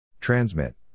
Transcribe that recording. Transmit